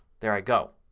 there i go.